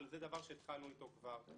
אבל זה דבר שהתחלנו איתו כבר.